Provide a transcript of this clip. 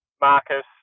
marcus